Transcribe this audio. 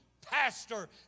pastor